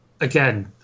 again